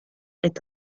est